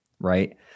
right